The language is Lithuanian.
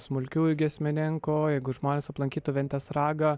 smulkiųjų giesmininkų o jeigu žmonės aplankytų ventės ragą